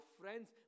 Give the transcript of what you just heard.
friends